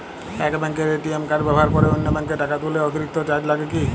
এক ব্যাঙ্কের ATM card ব্যবহার করে অন্য ব্যঙ্কে টাকা তুললে অতিরিক্ত চার্জ লাগে কি?